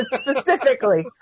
Specifically